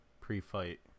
pre-fight